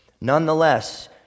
Nonetheless